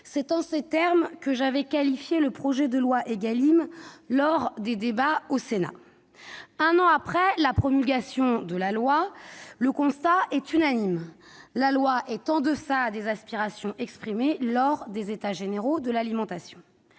mes chers collègues, que j'avais qualifié le projet de loi Égalim lors des débats au Sénat. Un an après la promulgation de la loi, le constat est unanime : celle-ci est en deçà des aspirations exprimées lors des États généraux de l'alimentation.